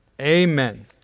Amen